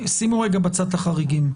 שימו רגע בצד את החריגים.